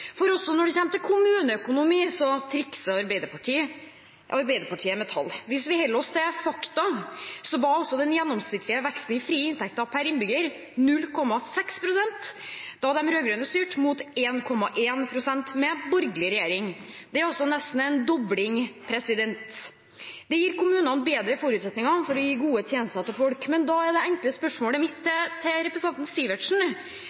ligge. Også når det kommer til kommuneøkonomi, trikser Arbeiderpartiet med tall. Hvis vi holder oss til fakta, var den gjennomsnittlige veksten i frie inntekter per innbygger 0,6 pst. da de rød-grønne styrte, mot 1,1 pst. med borgerlig regjering. Det er nesten en dobling, og det gir kommunene bedre forutsetninger for å gi gode tjenester til folk. Men da er det enkle spørsmålet mitt til representanten Sivertsen: